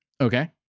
Okay